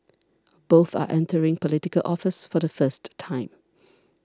both are entering Political Office for the first time